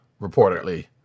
Reportedly